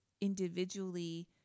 individually